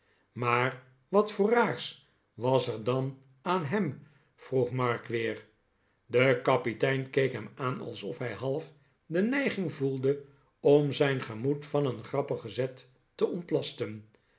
maar wat voor raars was er dan aan hem vroeg mark weer de kapitein keek hem aan alsof hij half de neiging voelde om zijn gemoed van een grappigen zet te ontlasten